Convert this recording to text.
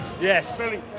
Yes